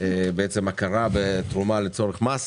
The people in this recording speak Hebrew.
הכרה בתרומה לצורך מס.